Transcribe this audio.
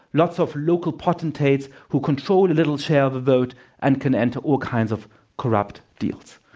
lots of local potentates who control little share of the vote and can enter all kinds of corrupt deals.